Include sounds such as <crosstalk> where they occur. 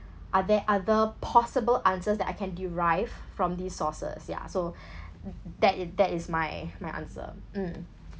are there other possible answers that I can derive from the sources ya so <breath> that it that is my my answer mm